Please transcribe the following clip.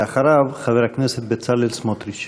ואחריו, חבר הכנסת בצלאל סמוטריץ.